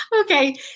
Okay